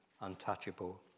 untouchable